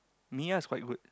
Miya is quite good